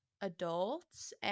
adults